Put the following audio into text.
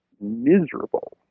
miserable